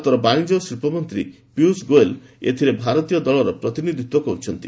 ଭାରତର ବାଶିଜ୍ୟ ଓ ଶିଳ୍ପମନ୍ତ୍ରୀ ପୀୟୂଷ ଗୋୟଲ ଏଥିରେ ଭାରତୀୟ ଦଳର ପ୍ରତିନିଧିତ୍ୱ କରୁଛନ୍ତି